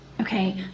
Okay